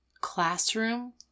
Classroom